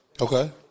Okay